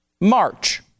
March